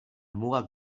mugak